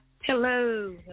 Hello